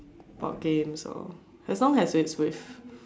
board games or as long as it's with